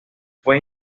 fue